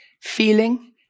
feeling